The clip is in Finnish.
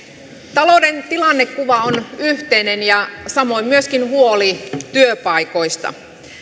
talouden tilannekuva on yhteinen ja samoin myöskin huoli työpaikoista